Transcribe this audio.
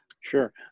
Sure